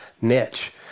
niche